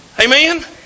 Amen